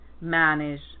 manage